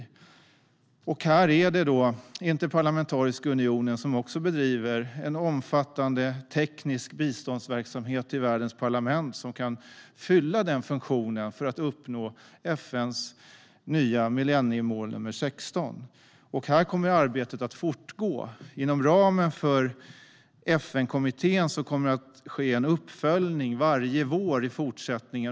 Här bedriver Interparlamentariska unionen en omfattande teknisk biståndsverksamhet i världens parlament som kan fylla funktionen att bidra till att uppnå FN:s nya milleniemål nr 16, och det arbetet kommer att fortgå. Inom ramen för FN-kommittén kommer det att ske en uppföljning varje vår i fortsättningen.